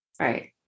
Right